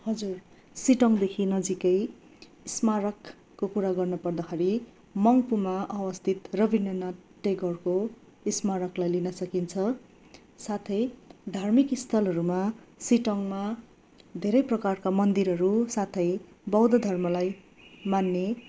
हजुर सिटोङदेखि नजिकै स्मारकको कुरा गर्न पर्दाखेरि मङ्पुमा अवस्थित रवीन्द्रनाथ टेगोरको स्मारकलाई लिन सकिन्छ साथै धार्मिक स्थलहरूमा सिटोङमा धेरै प्रकारका मन्दिरहरू साथै बौद्ध धर्मलाई मान्ने